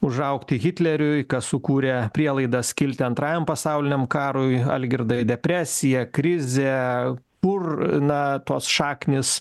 užaugti hitleriui kas sukūrė prielaidas kilti antrajam pasauliniam karui algirdai depresija krizė kur na tos šaknys